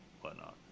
whatnot